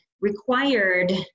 required